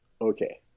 okay